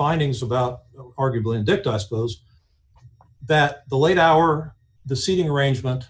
findings about arguably addict i suppose that the late hour the seating arrangement